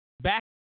back